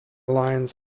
lines